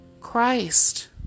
Christ